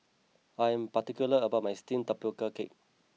I am particular about my Steamed Tapioca Cake